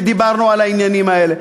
ודיברנו על העניינים האלה.